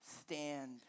Stand